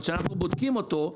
אבל כשאנחנו בודקים אותו,